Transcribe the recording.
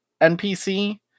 NPC